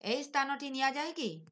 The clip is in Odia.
ଏହି ସ୍ଥାନଟି ନିଆଯାଏ କି